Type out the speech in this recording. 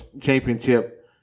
championship